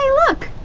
look.